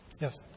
Yes